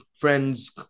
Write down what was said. friends